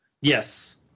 Yes